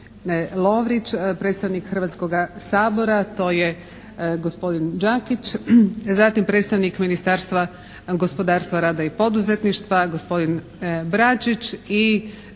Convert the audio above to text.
Hrvatskoga sabora gospodin Đakić, zatim predstavnik Ministarstva gospodarstva, rada i poduzetništva gospodin Bračić i